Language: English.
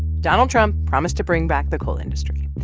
donald trump promised to bring back the coal industry.